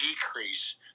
decrease